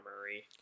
Murray